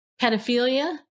pedophilia